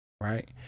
Right